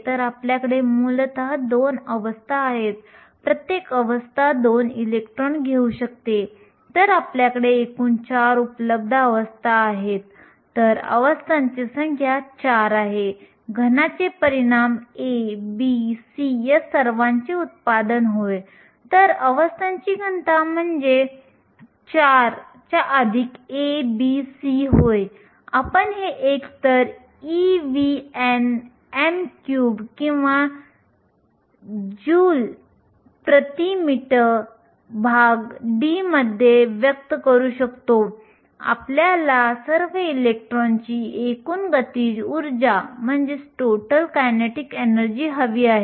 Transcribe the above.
जर आपल्याला कोणत्याही वेळेच्या तापमानामध्ये वाहक बँडमध्ये इलेक्ट्रॉनची संख्या शोधायची असेल तर ते वाहक बँडमध्ये उपलब्ध असलेल्या अवस्थांच्या संख्येवर अवलंबून असते जी gCB आहे अवस्थांची घनता आणि संभाव्यता की त्या अवस्था इलेक्ट्रॉनने व्यापल्या आहेत जे f आहे